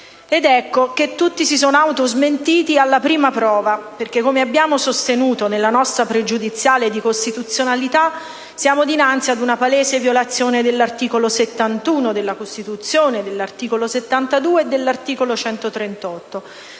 ecco che tutti si sono autosmentiti alla prima prova, perché, come abbiamo sostenuto nella nostra pregiudiziale di costituzionalità, siamo dinanzi ad una palese violazione dell'articolo 71, dell'articolo 72 e dell'articolo 138